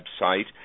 website